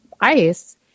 ice